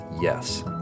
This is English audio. Yes